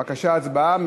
בבקשה, הצבעה.